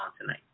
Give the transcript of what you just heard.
tonight